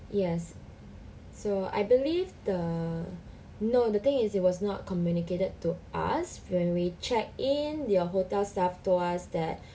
yes so I believe the no the thing is it was not communicated to us when we checked in your hotel staff told us that